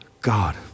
God